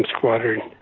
Squadron